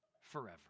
forever